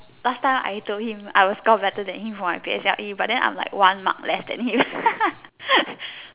last time I told him I will score better than him for my P_S_L_E but then I'm like one mark less than him